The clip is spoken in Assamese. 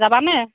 যাবানে